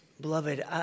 Beloved